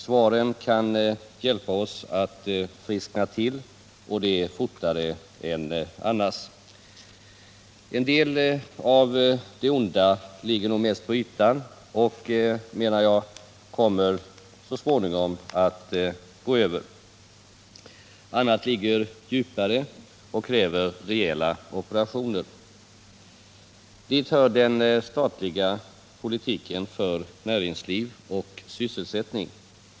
Svaren kan hjälpa oss att friskna till, och det fortare än annars. En del av det onda ligger nog mest på ytan och, menar jag, kommer att gå över så småningom. Annat ligger djupare och kräver rejäla operationer. Till de senare fenomenen hör den statliga politiken för näringsliv och sysselsättning.